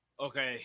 Okay